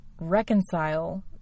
reconcile